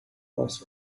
was